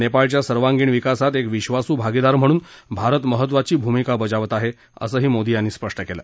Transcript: नेपाळच्या सर्वांगिण विकासात एक विश्वासू भागीदार म्हणून भारत महत्त्वाची भूमिका बजावत आहे असंही मोदी म्हणाले